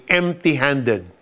empty-handed